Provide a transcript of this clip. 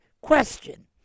question